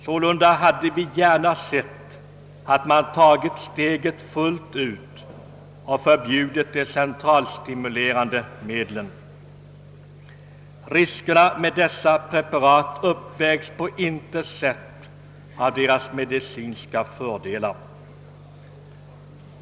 Sålunda hade vi gärna sett att man tagit steget fullt ut och förbjudit de centralstimulerande medlen. Riskerna med dessa preparat uppvägs på intet sätt av deras medicinska fördelar.